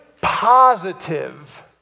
positive